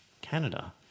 Canada